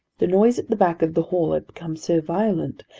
the noise at the back of the hall had become so violent,